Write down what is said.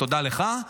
תודה לך.